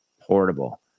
portable